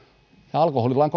alkoholilain